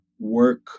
work